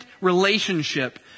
relationship